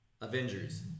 Avengers